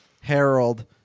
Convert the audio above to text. Harold